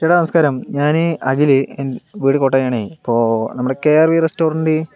ചേട്ടാ നമസ്ക്കാരം ഞാന് അഖില് വീട് കോട്ടയം ആണെ ഇപ്പോൾ നമ്മുടെ കെ ആർ ഇ റെസ്റ്റോറൻറ്റ്